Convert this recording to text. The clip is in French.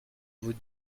vous